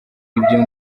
ibyo